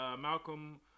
Malcolm